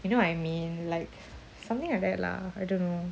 you know what I mean like something like that lah I don't know